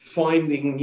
finding